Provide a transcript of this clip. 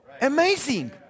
Amazing